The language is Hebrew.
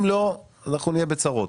אם לא אנחנו נהיה בצרות.